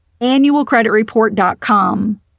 annualcreditreport.com